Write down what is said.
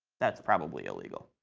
that's probably illegal.